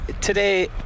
today